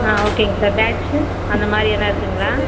ஆ ஓகேங்க sir badge அந்த மாதிரி எதுனா இருக்குங்களா